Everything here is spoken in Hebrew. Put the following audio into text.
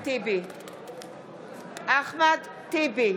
אחמד טיבי,